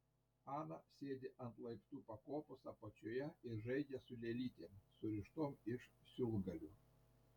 ana sėdi ant laiptų pakopos apačioje ir žaidžia su lėlytėm surištom iš siūlgalių